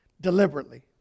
Deliberately